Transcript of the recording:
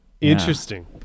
Interesting